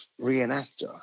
reenactor